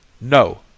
No